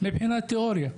מבחינת תיאוריה,